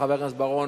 חבר הכנסת בר-און,